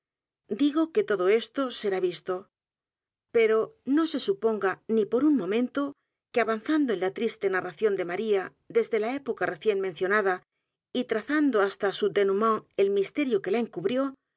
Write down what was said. embarazadadigo que todo esto será visto p e r o no se suponga ni por u n momento que avanzando en la triste narración de maría desde la época recién mencionada y trazandohasta su dénoument el misterio que la encubrió